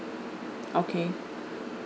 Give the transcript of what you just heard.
okay